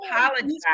apologize